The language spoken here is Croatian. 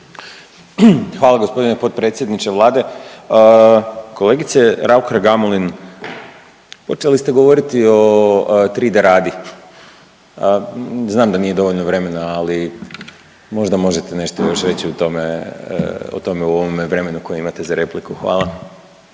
Hvala gospodine potpredsjedniče Vlade. Kolegice Raukar Gamulin, počeli ste govoriti o 3D Radi, znam da nije dovoljno vremena, ali možda možete nešto još reći o tome, o tome u ovome vremenu koje imate za repliku. Hvala.